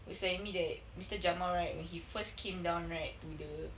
he was telling me that mister jamal right when he first came down right to the